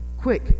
Quick